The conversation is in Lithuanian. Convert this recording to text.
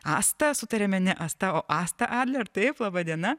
asta sutarėme ne asta o asta adler taip laba diena